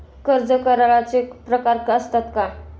कर्ज कराराचे प्रकार असतात का?